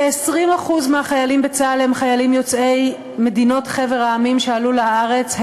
כ-20% מהחיילים בצה"ל הם חיילים יוצאי חבר המדינות שעלו לארץ,